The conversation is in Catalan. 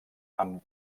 amb